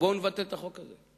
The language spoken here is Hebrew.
בואו נבטל את החוק הזה.